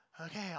okay